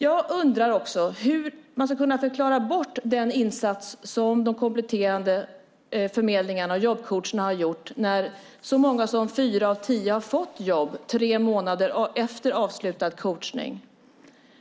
Jag undrar också hur man ska kunna förklara bort den insats som de kompletterande förmedlingarna och jobbcoacherna har gjort när så många som fyra av tio har fått jobb tre månader efter avslutad coachning.